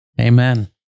amen